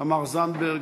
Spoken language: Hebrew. תמר זנדברג.